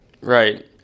Right